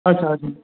अच्छा